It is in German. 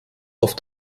auf